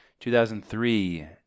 2003